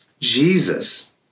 Jesus